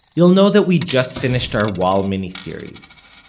you'll know that we just finished our wall miniseries.